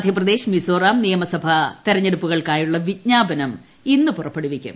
മധ്യപ്രദേശ് മിസോറാം നിയമസഭാ ന് തെരഞ്ഞെടുപ്പുകൾക്കായുള്ള വിജ്ഞാപനം ഇന്ന് പുറപ്പെടുവിക്കും